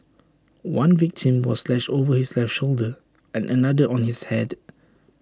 one victim was slashed over his left shoulder and another on his Head